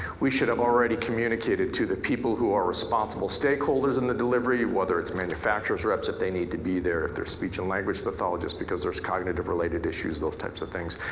we should have already communicated to the people who are responsible stakeholders in the delivery whether it's manufacture's reps if they need to be there, if there's speech and language pathologists because there's cognitive-related issues, those types of things.